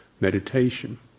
meditation